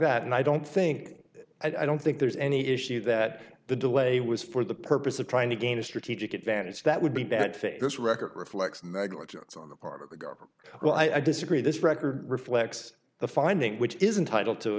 that and i don't think i don't think there's any issue that the delay was for the purpose of trying to gain a strategic advantage that would be bad faith this record reflects negligence on the part of the governor well i disagree this record reflects the finding which is entitle to